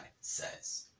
says